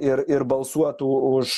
ir ir balsuotų už